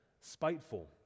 spiteful